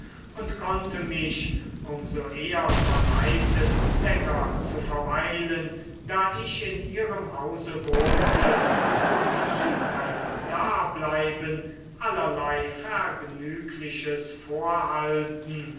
und konnte mich um so eher verleiten länger zu verweilen da ich in ihrem hause wohnte wo sie meinem dableiben allerlei vergnügliches vorhalten